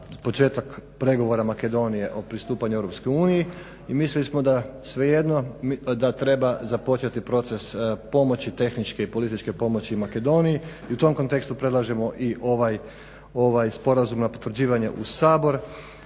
početak pregovora Makedonije o pristupanju EU i mislili smo da svejedno, da treba započeti proces pomoći, tehničke i političke pomoći Makedoniji i u tom kontekstu predlažemo i ovaj sporazum na potvrđivanje u Sabor.